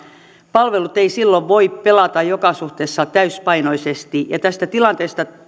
palvelut eivät silloin voi pelata joka suhteessa täysipainoisesti ja tästä tilanteesta